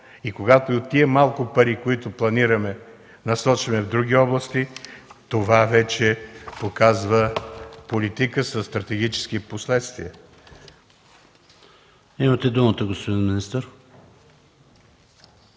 Когато и малкото пари, които планираме, насочваме в други области, това вече показва политика със стратегически последствия.